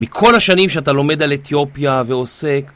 מכל השנים שאתה לומד על אתיופיה ועוסק.